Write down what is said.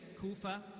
Kufa